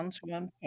One